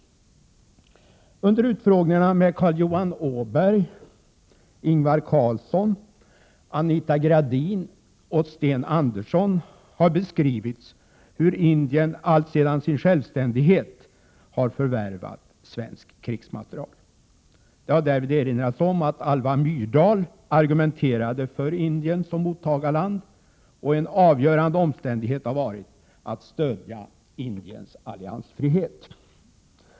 Under utfrågningarna med Carl Johan Åberg, Ingvar Carlsson, Anita Gradin och Sten Andersson har beskrivits hur Indien alltsedan sin självständighet förvärvat svensk krigsmateriel. Det har därvid erinrats om att Alva Myrdal argumenterade för Indien som mottagarland. En avgörande omständighet har varit att stödja Indiens alliansfrihet.